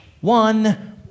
one